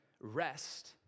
rest